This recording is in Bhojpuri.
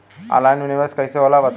ऑनलाइन निवेस कइसे होला बताईं?